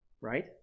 Right